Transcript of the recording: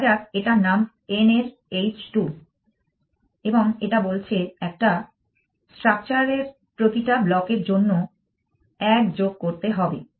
ধরা যাক এটার নাম n এর h 2 এবং এটা বলছে একটা স্ট্রাকচার এর প্রতিটা ব্লকের জন্য 1 যোগ করতে হবে